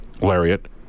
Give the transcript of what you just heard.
Lariat